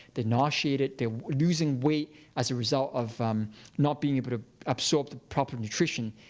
they're nauseated, they're losing weight as a result of not being able to absorb the proper nutrition.